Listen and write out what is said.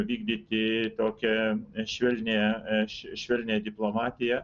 vykdyti tokią švelnią švelnią diplomatiją